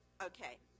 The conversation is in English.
Okay